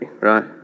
right